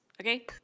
Okay